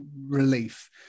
relief